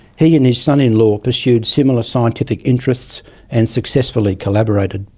he and his son-in-law pursued similar scientific interests and successfully collaborated.